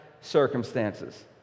circumstances